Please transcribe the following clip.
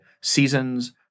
seasons